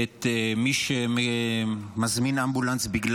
הוא לא התחיל לדבר.